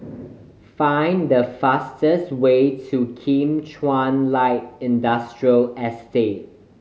find the fastest way to Kim Chuan Light Industrial Estate